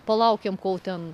palaukiam kol ten